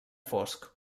fosc